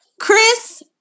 Chris